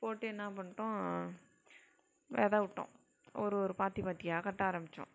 போட்டு என்ன பண்ணிவிட்டோம் வெதை விட்டோம் ஒரு ஒரு பாத்தி பாத்தியாக கட்ட ஆரம்மிச்சோம்